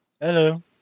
hello